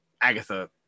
Agatha